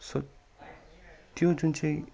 so त्यो जुन चाहिँ